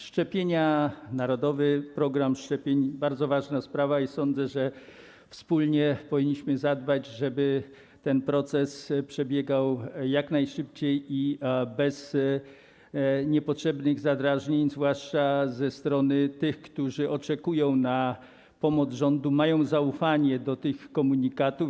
Szczepienia, narodowy program szczepień to bardzo ważna sprawa i sądzę, że wspólnie powinniśmy zadbać, żeby ten proces przebiegał jak najszybciej i bez niepotrzebnych zadrażnień, zwłaszcza ze strony tych, którzy oczekują na pomoc rządu, mają zaufanie do tych komunikatów.